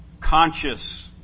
conscious